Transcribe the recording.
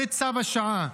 זה צו השעה,